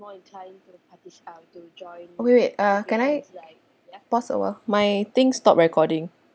wait uh can I pause a while my things stopped recording